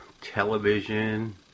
television